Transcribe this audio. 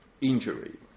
injury